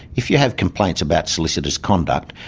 if you have complaints about solicitors' conduct,